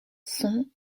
sont